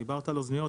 דיברת על אוזניות,